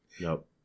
Nope